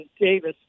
Davis